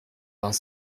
vingt